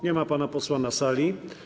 Nie ma pana posła na sali.